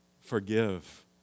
forgive